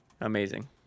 Amazing